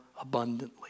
abundantly